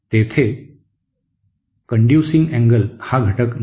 तेथे वहन कोन हा घटक नाही